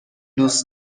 دوست